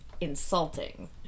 insulting